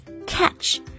catch